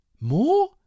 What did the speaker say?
More